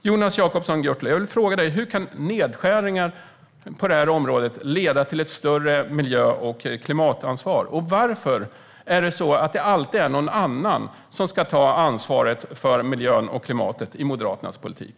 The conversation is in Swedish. Jonas Jacobsson Gjörtler, jag vill fråga dig: Hur kan nedskärningar på detta område leda till ett större miljö och klimatansvar? Och varför är det alltid någon annan som ska ta ansvaret för miljön och klimatet i Moderaternas politik?